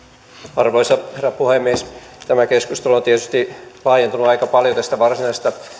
arvoisa herra puhemies tämä keskustelu on tietysti laajentunut aika paljon tästä varsinaisesta